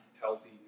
healthy